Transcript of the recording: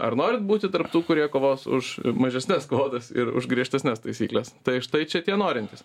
ar norit būti tarp tų kurie kovos už mažesnes kvotas ir už griežtesnes taisykles tai štai čia tie norintys